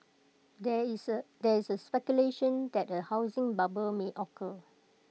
there is there is A speculation that A housing bubble may occur